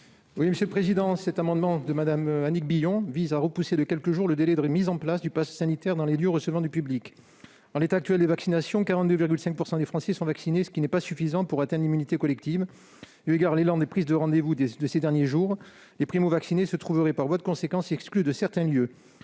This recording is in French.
l'amendement n° 92. Cet amendement de Mme Annick Billon vise à repousser de quelques jours le délai de mise en place du passe sanitaire dans les lieux recevant du public. Actuellement, 42,5 % des Français sont vaccinés, ce qui n'est pas suffisant pour atteindre l'immunité collective. Eu égard à l'élan des prises de rendez-vous de ces derniers jours, les primo-vaccinés se trouveraient, par voie de conséquence, exclus de certains lieux.